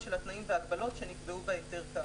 של התנאים וההגבלות שנקבעו בהיתר כאמור".